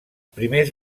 primers